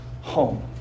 home